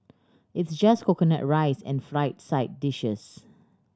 it's just coconut rice and fried side dishes